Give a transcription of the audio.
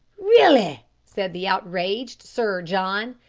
really! said the outraged sir john.